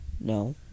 No